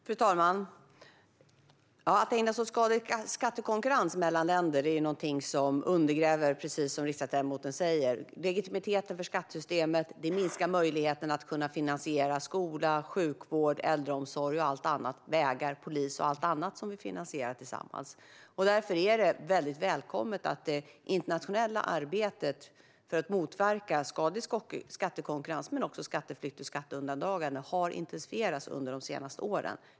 Fru talman! Att ägna sig åt skadlig skattekonkurrens mellan länder är, precis som riksdagsledamoten säger, någonting som undergräver legitimiteten för skattesystemet. Det minskar möjligheten att finansiera skola, sjukvård, äldreomsorg, vägar, polis och allt annat som vi finansierar tillsammans. Därför är det väldigt välkommet att det internationella arbetet för att motverka skadlig skattekonkurrens men också skatteflykt och skatteundandragande har intensifierats under de senaste åren.